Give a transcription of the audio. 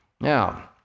Now